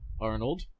Arnold